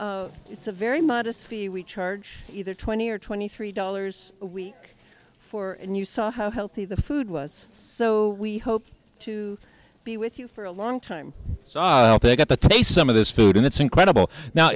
it's a very modest fee we charge either twenty or twenty three dollars a week for and you saw how healthy the food was so we hope to be with you for a long time so they got a taste some of this food and it's incredible